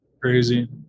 crazy